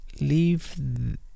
Leave